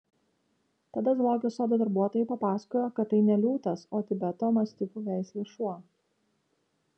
tada zoologijos sodo darbuotojai papasakojo kad tai ne liūtas o tibeto mastifų veislė šuo